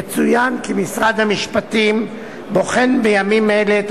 יצוין כי משרד המשפטים בוחן בימים אלה את